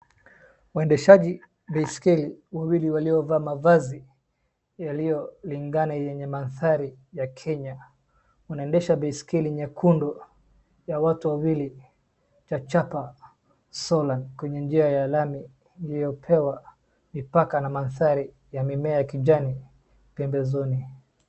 Waendeshaji baiskel wawali walio vaa mavazi yaliyo lingana yenye mandhari ya Kenya wanaendesha baiskeli nyekundu ya watu wawili yachapa sola kwenye njia ya lami iliyopewa mipaka na mandhari ya mimea ya kijani pembezoni.